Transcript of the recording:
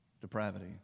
depravity